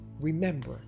Remember